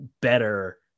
better